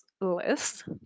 list